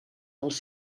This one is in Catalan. dels